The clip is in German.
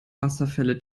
wasserfälle